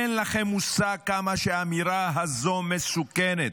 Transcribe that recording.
אין לכם מושג כמה שהאמירה הזו מסוכנת,